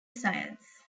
science